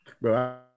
bro